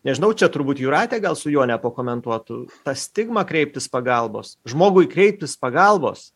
nežinau čia turbūt jūratė gal su jone pakomentuotų ta stigma kreiptis pagalbos žmogui kreiptis pagalbos